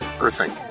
earthing